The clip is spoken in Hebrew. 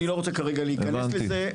אני לא רוצה כרגע להיכנס לזה.